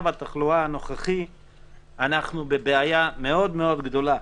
התחלואה הנוכחי אנחנו בבעיה מאוד מאוד גדולה